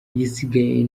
igisigaye